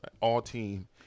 All-Team